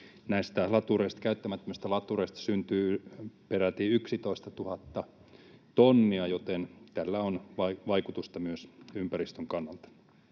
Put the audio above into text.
näistä käyttämättömistä latureista syntyy peräti 11 000 tonnia, joten tällä on vaikutusta myös ympäristön kannalta.